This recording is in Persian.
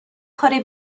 کار